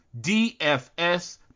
DFS